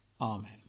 Amen